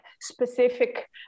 specific